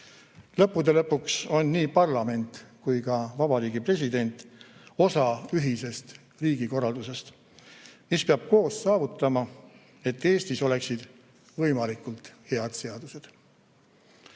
Lõppude lõpuks on nii parlament kui ka Vabariigi President osa ühisest riigikorraldusest, mis peab koos saavutama, et Eestis oleksid võimalikult head seadused.